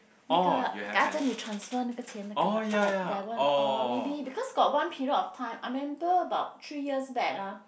那个 transfer 那个钱哪个 that one or maybe because got one period of time I remember about three years back ah